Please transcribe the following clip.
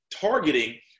Targeting